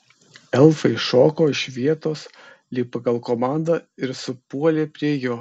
elfai šoko iš vietos lyg pagal komandą ir supuolė prie jo